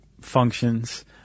functions